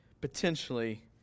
potentially